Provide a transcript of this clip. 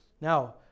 Now